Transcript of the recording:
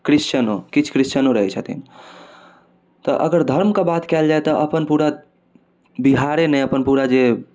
क्रिस्चनो किछु क्रिस्चनो रहै छथिन तऽ अगर धर्मके बात कयल जाय तऽ अपन पूरा बिहारे नहि अपन पूरा जे